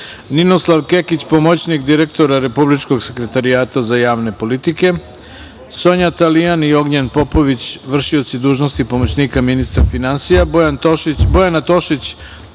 Ninoslav Kekić, pomoćnik direktora Republičkog sekretarijata za javne politike, Sonja Talijan i Ognjen Popović vršioci dužnosti pomoćnika ministra finansija, Bojana Tošić,